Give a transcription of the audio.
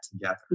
together